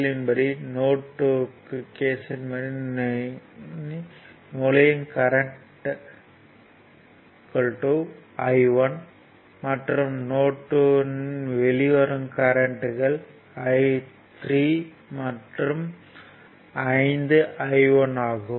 L யின் படி node 2 இன் நுழையும் கரண்ட் I1 மற்றும் நோட் 2 இன் வெளிவரும் கரண்ட்கள் I3 மற்றும் 5 I1 ஆகும்